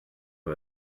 who